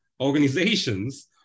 organizations